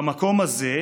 במקום הזה,